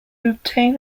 obtain